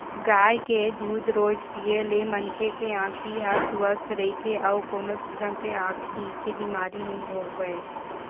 गाय के दूद रोज पीए ले मनखे के आँखी ह सुवस्थ रहिथे अउ कोनो किसम के आँखी के बेमारी नइ होवय